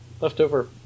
Leftover